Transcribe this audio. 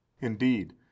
Indeed